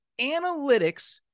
analytics